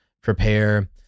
prepare